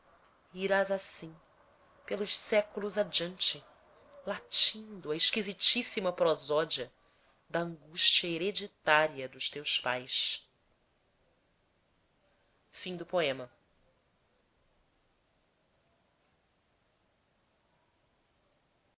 irás assim pelos séculos adiante latindo a esquisitíssima prosódia da angústia hereditária dos teus pais fator universal do